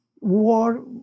War